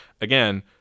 again